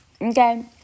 Okay